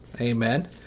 amen